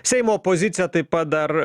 seimo opozicija taip pat dar